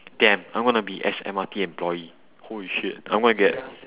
damn I'm going to be S_M_R_T employee holy shit I'm gona get